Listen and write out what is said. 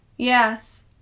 Yes